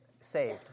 saved